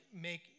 make